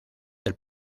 del